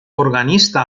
organista